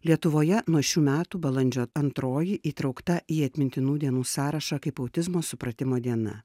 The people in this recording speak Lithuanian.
lietuvoje nuo šių metų balandžio antroji įtraukta į atmintinų dienų sąrašą kaip autizmo supratimo diena